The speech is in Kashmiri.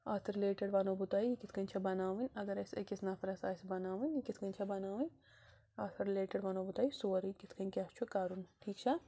اَتھ رِلیٹِڈ وَنَو بہٕ تۄہہِ یہِ کِتھ کٔنۍ چھےٚ بناوٕنۍ اگر اسہِ أکِس نَفَرَس آسہِ بناوٕنۍ یہِ کِتھ کٔنۍ چھےٚ بناوٕنۍ اَتھ رِلیٹڈ وَنَو بہٕ تۄہہِ سورٕے کِتھ کٔنۍ کیٛاہ چھُ کَرُن ٹھیٖک چھا